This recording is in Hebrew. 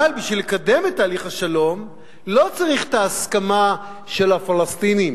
אבל בשביל לקדם את תהליך השלום לא צריך את ההסכמה של הפלסטינים,